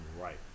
right